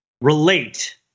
relate